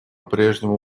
прежнему